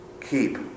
keep